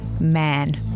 man